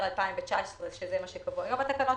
נעבור לתקנות מכוח חוק הייעוץ.